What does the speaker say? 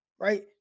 right